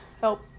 help